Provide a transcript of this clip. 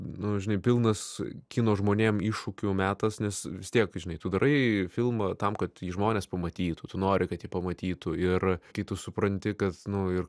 nu žinai pilnas kino žmonėm iššūkių metas nes vis tiek žinai tu darai filmą tam kad jį žmonės pamatytų tu nori kad jį pamatytų ir kai tu supranti kad nu ir